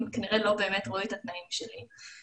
הם כנראה לא באמת ראו את התנאים שלי.